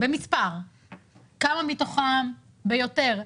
כמה מתוכם ביותר?